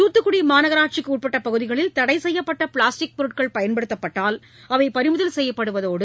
துத்துக்குடி மாநகராட்சிக்கு உட்பட்ட பகுதிகளில் தடைசெய்யப்பட்ட பிளாஸ்டிக் பொருட்கள் பயன்படுத்தப்பட்டால் அவை பறிமுதல் செய்யப்படுவதோடு